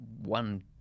one